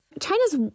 China's